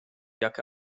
jacke